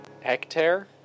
hectare